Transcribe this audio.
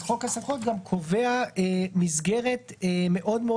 חוק הסמכויות גם קובע מסגרת מאוד-מאוד